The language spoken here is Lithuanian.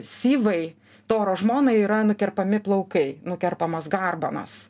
syvai toro žmonai yra nukerpami plaukai nukerpamos garbanos